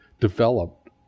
Developed